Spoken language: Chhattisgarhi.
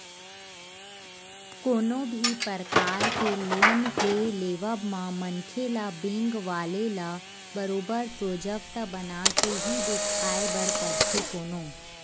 कोनो भी परकार के लोन के लेवब म मनखे ल बेंक वाले ल बरोबर प्रोजक्ट बनाके ही देखाये बर परथे कोनो